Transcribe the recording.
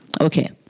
Okay